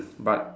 but